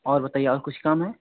और बताइए और कुछ काम है